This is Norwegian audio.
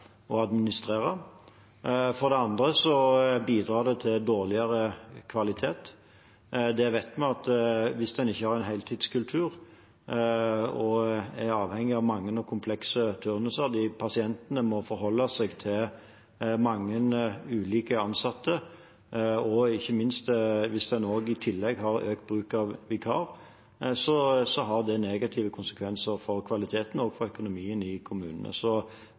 for det andre bidrar det til dårligere kvalitet. Vi vet at hvis en ikke har en heltidskultur og er avhengig av mange og komplekse turnuser der pasientene må forholde seg til mange ulike ansatte, og ikke minst hvis en i tillegg har økt bruk av vikar, har det negative konsekvenser for kvaliteten og for økonomien i kommunene. Så